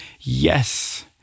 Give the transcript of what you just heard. yes